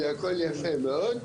זה הכול יפה מאוד,